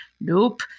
nope